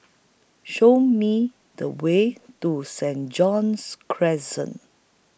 Show Me The Way to Saint John's Crescent